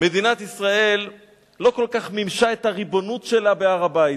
מדינת ישראל לא כל כך מימשה את ריבונותה שלה בהר-הבית,